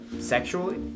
Sexually